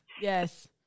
yes